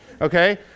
Okay